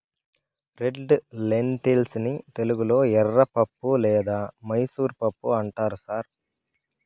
red lentils ని తెలుగులో ఎర్రపప్పు లేదా మైసూర్ పప్పు అంటారు సార్